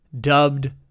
dubbed